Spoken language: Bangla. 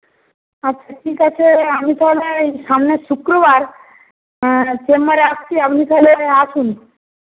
আচ্ছা ঠিক আছে আমি তাহলে এই সামনের শুক্রবার চেম্বারে আসছি আপনি তাহলে আসুন